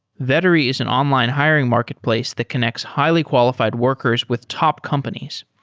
vettery is an online hiring marketplace that connects highly qualified workers with top companies.